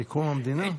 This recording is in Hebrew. מקום המדינה?